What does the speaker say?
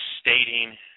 stating